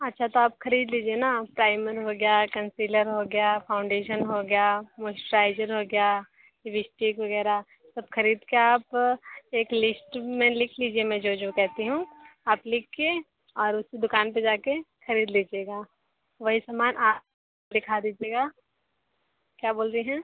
अच्छा तो आप खरीद लीजिये ना प्राइमर हो गया कंसीलर हो गया फॉउंडेशन हो गया मॉइचराइज़र हो गया लिपस्टिक वगैरह सब खरीद के आप एक लिस्ट में लिख लीजिये मैं जो जो कहती हूँ आप लिख के उसी दूकान पर जा के खरीद लीजिएगा वही सामान आप दिखा दीजिएगा क्या बोल रही हैं